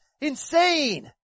insane